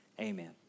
amen